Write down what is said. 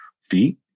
feet